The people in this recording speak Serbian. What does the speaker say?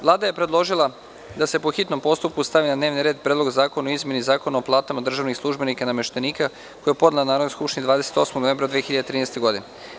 Vlada je predložila da se, po hitnom postupku, stavi na dnevni red Predlog zakona o izmeni Zakona o platama državnih službenika i nameštenika, koji je podnela Narodnoj skupštini 28. novembra 2013. godine.